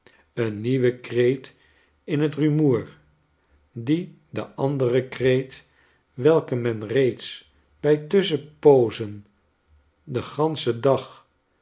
een nieuwe kreet in het rumoer die den anderen kreet welke men reeds bij tusschenpoozen den ganschen dag